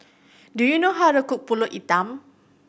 do you know how to cook Pulut Hitam